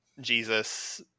Jesus